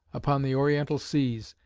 upon the oriental seas,